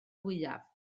fwyaf